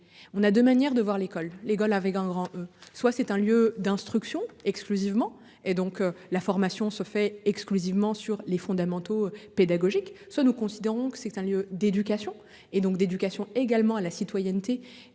On a deux manières de voir l'école, l'école avec un grand E, soit c'est un lieu d'instruction exclusivement et donc la formation se fait exclusivement sur les fondamentaux pédagogique ça nous considérons que c'est un lieu d'éducation et donc d'éducation également à la citoyenneté.